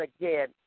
again